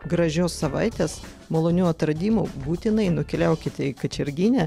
gražios savaitės malonių atradimų būtinai nukeliaukite į kačerginę